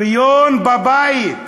בריון בבית,